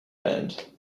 band